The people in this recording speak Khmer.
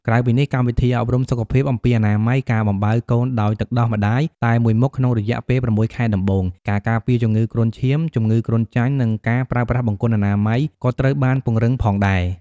ក្រៅពីនេះ កម្មវិធីអប់រំសុខភាព អំពីអនាម័យ ការបំបៅកូនដោយទឹកដោះម្តាយតែមួយមុខក្នុងរយៈពេល ៦ ខែដំបូង ការការពារជំងឺគ្រុនឈាម ជំងឺគ្រុនចាញ់ និងការប្រើប្រាស់បង្គន់អនាម័យ ក៏ត្រូវបានពង្រឹងផងដែរ។